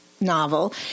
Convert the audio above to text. novel